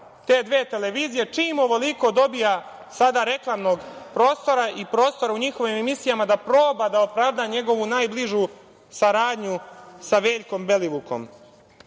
te dve televizije, čim ovoliko dobija sada reklamnog prostora i prostora u njihovim emisijama da proba da opravda njegovu najbližu saradnju sa Veljkom Belivukom? Takođe,